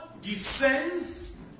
descends